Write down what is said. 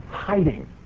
hiding